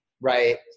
right